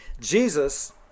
Jesus